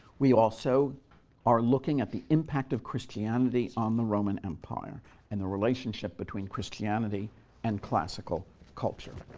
we also are looking at the impact of christianity on the roman empire and the relationship between christianity and classical culture.